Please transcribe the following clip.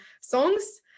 songs